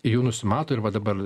jų nusimato ir va dabar